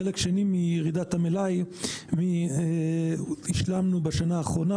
חלק שני מירידת המלאי השלמנו בשנה האחרונה,